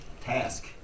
task